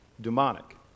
demonic